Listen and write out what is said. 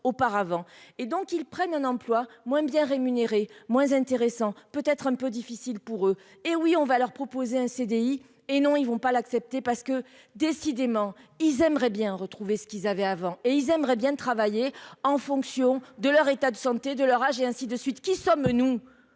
auparavant et donc ils prennent un emploi moins bien rémunéré moins intéressant peut être un peu difficile pour eux, hé oui, on va leur proposer un CDI et non, ils vont pas l'accepter parce que décidément, ils aimeraient bien retrouver ce qu'ils avaient avant et ils aimeraient bien travailler en fonction de leur état de santé de leur âge et ainsi de suite : qui sommes-nous,